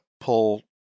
pull